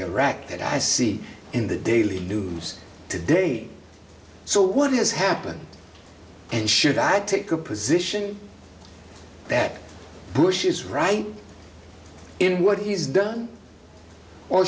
iraq that i see in the daily news today so what has happened and should i take a position that bush is right in what he's done or